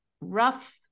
rough